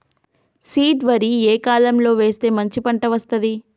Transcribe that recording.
Seed వరి ఏ కాలం లో వేస్తే మంచి పంట వస్తది?